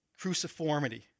cruciformity